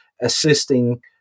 assisting